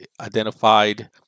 identified